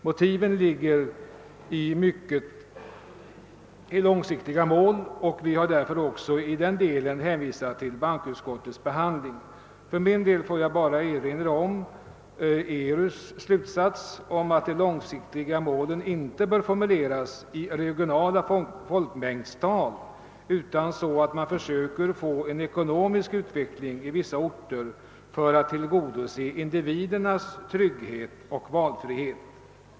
Motiven ligger i mycket långsiktiga mål, och vi har därför också i den delen hänvisat till bankoutskottets behandling. För min del får jag bara erinra om ERU:s slutsats att de långsiktiga målen inte bör formuleras i regionala folkmängdstal, utan så att man försöker få till stånd en ekonomisk utveckling i vissa orter för att tillgodose individernas trygghet och valfrihet.